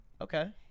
Okay